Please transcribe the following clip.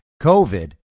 COVID